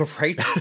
Right